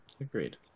Agreed